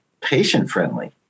patient-friendly